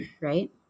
right